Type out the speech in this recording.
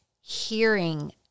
hearing